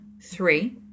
three